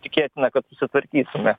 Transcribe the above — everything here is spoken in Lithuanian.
tikėtina kad susitvarkysime